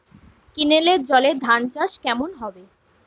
কেনেলের জলে ধানচাষ কেমন হবে?